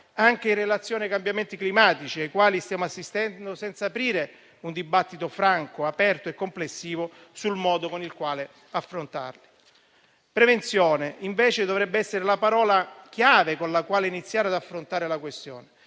anche in relazione ai cambiamenti climatici ai quali stiamo assistendo senza aprire un dibattito franco, aperto e complessivo sul modo con cui affrontarlo. "Prevenzione" dovrebbe essere invece la parola chiave con la quale iniziare ad affrontare la questione;